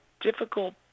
difficult